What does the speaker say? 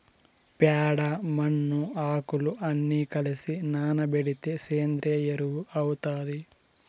ప్యాడ, మన్ను, ఆకులు అన్ని కలసి నానబెడితే సేంద్రియ ఎరువు అవుతాది